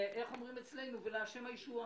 איך אומרים אצלנו ולה' הישועה,